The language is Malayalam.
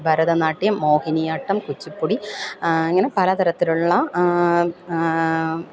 ഭരതനാട്യം മോഹിനിയാട്ടം കുച്ചിപ്പുടി അങ്ങനെ പലതരത്തിലുള്ള